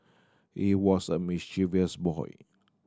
he was a mischievous boy